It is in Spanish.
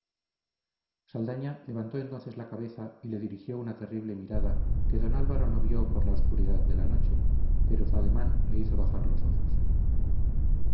saldaña levantó entonces la cabeza y le dirigió una terrible mirada que don álvaro no vio por la oscuridad de la noche pero su ademán le hizo bajar los ojos